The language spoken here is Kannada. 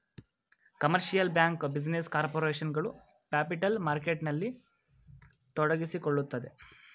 ಕಮರ್ಷಿಯಲ್ ಬ್ಯಾಂಕ್, ಬಿಸಿನೆಸ್ ಕಾರ್ಪೊರೇಷನ್ ಗಳು ಪ್ಯಾಪಿಟಲ್ ಮಾರ್ಕೆಟ್ನಲ್ಲಿ ತೊಡಗಿಸಿಕೊಳ್ಳುತ್ತದೆ